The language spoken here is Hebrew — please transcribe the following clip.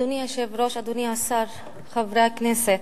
אדוני היושב-ראש, אדוני השר, חברי הכנסת,